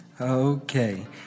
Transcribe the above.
Okay